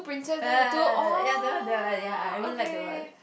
ya that one that one I really like that one